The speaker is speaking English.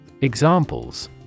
Examples